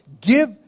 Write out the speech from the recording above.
give